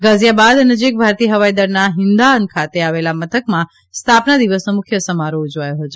ગાઝીયાબાદ નજીક ભારતીય હવાઇ દળના હિંદાન ખાતે આવેલા મથકમાં સ્થાપના દિવસનો મુખ્ય સમારોહ ઉજવાથો છે